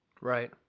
Right